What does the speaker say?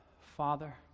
Father